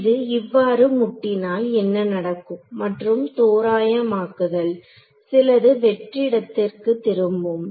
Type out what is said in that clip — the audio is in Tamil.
இது இவ்வாறு முட்டினால் என்ன நடக்கும் மற்றும் தோராயமாக்குதல் சிலது வெற்றிடத்திற்கு திரும்பும்